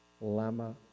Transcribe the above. lama